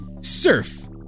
Surf